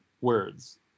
words